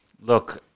Look